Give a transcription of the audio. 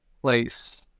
place